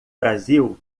brasil